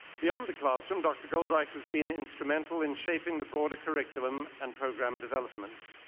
beyond the classroom, dr. goldreich has been instrumental in shaping the broader curriculum and program development.